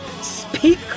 Speak